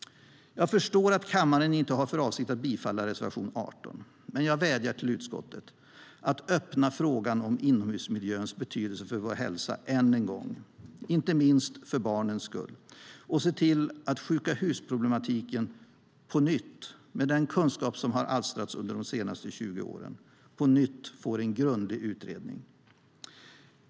Jag förstår att kammaren inte har för avsikt att bifalla reservation 18 men jag vädjar till utskottet att öppna frågan om inomhusmiljöns betydelse för vår hälsa än en gång, inte minst för barnens skull, och se till att sjuka-hus-problematiken på nytt, med den kunskap som har alstrats de senaste 20 åren, får en grundlig utredning.